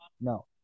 No